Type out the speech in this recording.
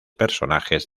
personajes